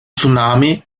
tsunami